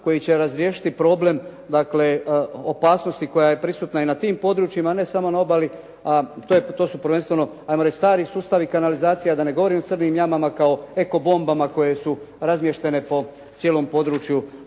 koji će razriješiti problem dakle, opasnosti koja je prisutna i na tim područjima a ne samo na obali a to su prvenstveno ajmo reći stari sustavi, kanalizacija da ne govorim o crnim jamama kao eko bombama koje su razmještene po cijelom području